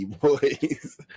boys